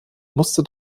musste